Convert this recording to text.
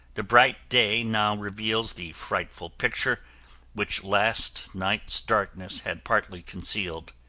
the bright day now reveals the frightful picture which last night's darkness had partly concealed.